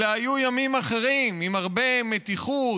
אלה היו ימים אחרים, עם הרבה מתיחות,